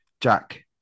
Jack